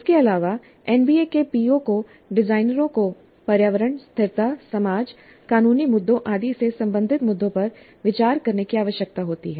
इसके अलावा एनबीए के पीओ को डिजाइनरों को पर्यावरण स्थिरता समाज कानूनी मुद्दों आदि से संबंधित मुद्दों पर विचार करने की आवश्यकता होती है